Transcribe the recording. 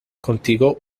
contigo